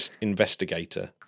investigator